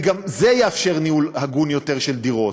גם זה יאפשר ניהול הגון יותר של דירות.